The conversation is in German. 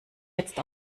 jetzt